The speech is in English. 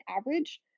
average